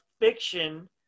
fiction